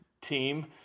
team